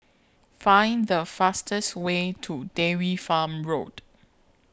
Find The fastest Way to Dairy Farm Road